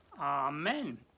Amen